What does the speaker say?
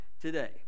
today